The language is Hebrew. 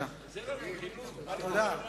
תודה.